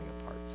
apart